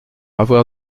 avoir